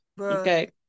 okay